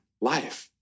life